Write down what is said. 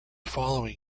following